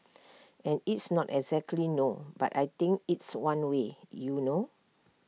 and it's not exactly no but I think it's one way you know